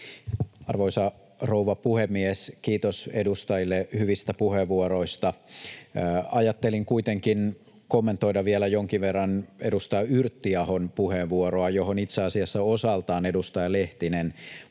Arvoisa rouva puhemies! Kiitos edustajille hyvistä puheenvuoroista. Ajattelin kuitenkin kommentoida vielä jonkin verran edustaja Yrttiahon puheenvuoroa, johon itse asiassa osaltaan edustaja Lehtinen